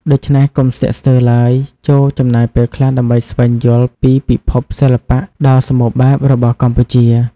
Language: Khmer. ដូច្នេះ កុំស្ទាក់ស្ទើរឡើយ ចូរចំណាយពេលខ្លះដើម្បីស្វែងយល់ពីពិភពសិល្បៈដ៏សម្បូរបែបរបស់កម្ពុជា។